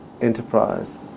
enterprise